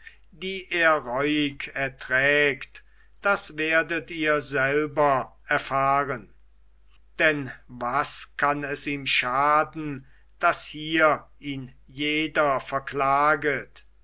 die er reuig erträgt das werdet ihr selber erfahren denn was kann es ihm schaden daß hier ihn jeder verklaget